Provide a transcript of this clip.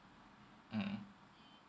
mmhmm